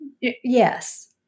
yes